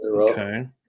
Okay